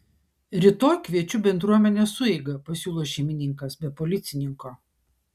rytoj kviečiu bendruomenės sueigą pasiūlo šeimininkas be policininko